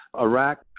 Iraq